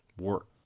work